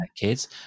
kids